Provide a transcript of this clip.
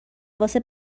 واسه